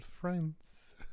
friends